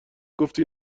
گفتی